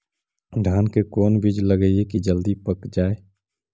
धान के कोन बिज लगईयै कि जल्दी पक जाए?